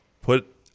put